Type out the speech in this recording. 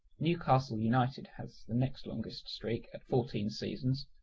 newcastle united has next longest streak at fourteen seasons,